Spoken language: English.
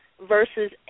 versus